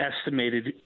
Estimated